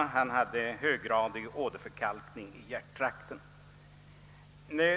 Han led av höggradig åderförkalkning i hjärttrakten.